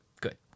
Good